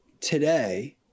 today